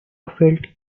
felt